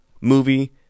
movie